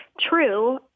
True